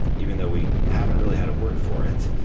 even though we haven't really had a word for it,